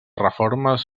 reformes